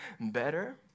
better